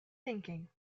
thinking